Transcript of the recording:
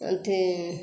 अथी